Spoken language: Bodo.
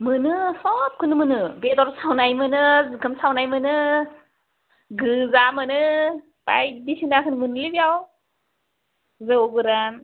मोनो सबखोनो मोनो बेदर सावनाय मोनो जुखाम सावनाय मोनो गोजा मोनो बायदिसिनाफोर मोनोलै बेयाव जौ गोरान